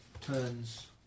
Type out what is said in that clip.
turns